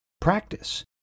Practice